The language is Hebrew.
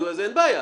אין בעיה.